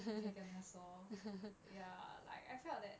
不可以跟他说 ya like I felt that